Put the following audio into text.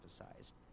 emphasized